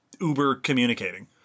uber-communicating